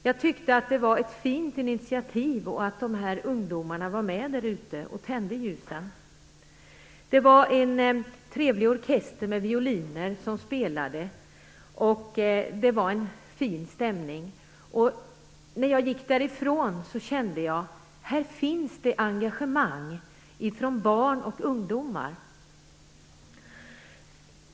Jag tyckte att det var ett fint initiativ av de här ungdomarna att tända ljusen där ute. Det var en trevlig orkester med violiner som spelade, och det var fin stämning. När jag gick därifrån kände jag: Här finns det engagemang, från barn och ungdomar.